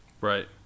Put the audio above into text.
Right